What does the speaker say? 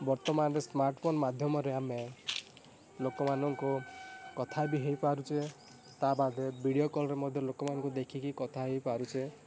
ବର୍ତ୍ତମାନ ସ୍ମାର୍ଟଫୋନ୍ ମାଧ୍ୟମରେ ଆମେ ଲୋକମାନଙ୍କୁ କଥାବି ହେଇପାରୁଛେ ତା ବାଦେ ଭିଡ଼ିଓ କଲ୍ରେ ମଧ୍ୟ ଲୋକମାନଙ୍କୁ ଦେଖିକି କଥା ହେଇପାରୁଛେ